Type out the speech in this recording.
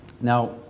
Now